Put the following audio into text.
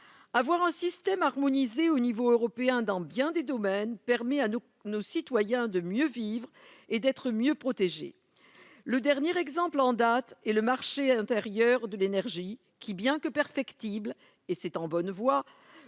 avoir un système harmonisé au niveau européen, dans bien des domaines, permet à nos nos citoyens de mieux vivre et d'être mieux protégés, le dernier exemple en date, et le marché intérieur de l'énergie qui, bien que perfectible et c'est en bonne voie,